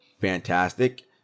fantastic